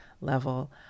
level